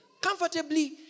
Comfortably